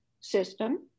system